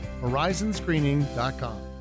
Horizonscreening.com